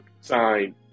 sign